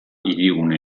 hirigune